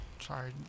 Sorry